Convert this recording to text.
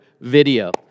video